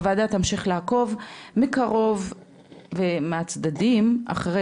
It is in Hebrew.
הוועדה תמשיך לעקוב מקרוב ומהצדדים אחרי